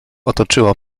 otoczyło